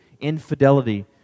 infidelity